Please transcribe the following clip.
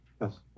Yes